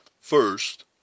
First